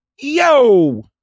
Yo